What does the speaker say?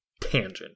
tangent